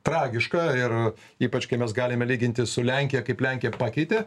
tragiška ir ypač kai mes galime lygintis su lenkija kaip lenkija pakeitė